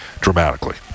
dramatically